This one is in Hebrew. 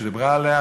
שדיברה עליו,